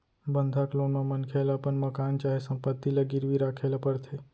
बंधक लोन म मनखे ल अपन मकान चाहे संपत्ति ल गिरवी राखे ल परथे